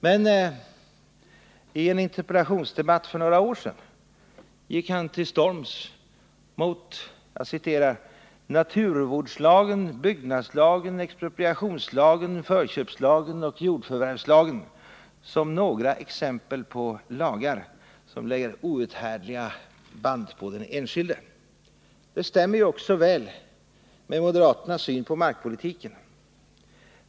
Men i en interpellationsdebatt för några år sedan gick han till storms mot ”naturvårdslagen, byggnadslagen, expropriationslagen, förköpslagen och jordförvärvslagen” som exempel på lagar som lägger outhärdliga band på den enskilde. Det stämmer också väl med moderaternas syn på markpolitiken.